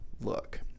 Look